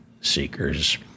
seekers